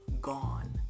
gone